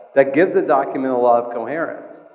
that gives the document a lot of coherence.